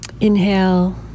Inhale